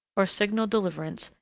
or signal deliverance,